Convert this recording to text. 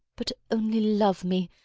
but only love me,